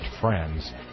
friends